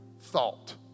thought